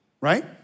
Right